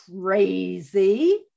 crazy